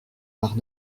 parts